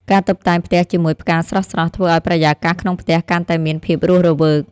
ការតុបតែងផ្ទះជាមួយផ្កាស្រស់ៗ ធ្វើឱ្យបរិយាកាសក្នុងផ្ទះកាន់តែមានភាពរស់រវើក។